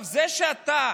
זה שאתה